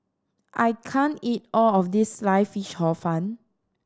I can't eat all of this Sliced Fish Hor Fun